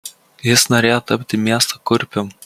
jis norėjo tapti miesto kurpium